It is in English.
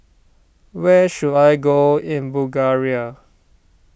where should I go in Bulgaria